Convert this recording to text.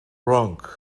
wrong